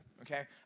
okay